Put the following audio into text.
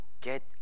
get